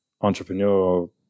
entrepreneur